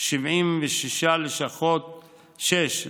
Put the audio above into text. לענייני שום